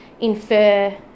infer